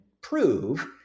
prove—